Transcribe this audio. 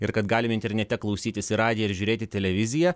ir kad galime internete klausytis į radiją ir žiūrėti televiziją